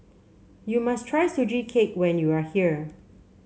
you must try Sugee Cake when you are here